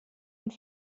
und